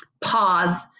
pause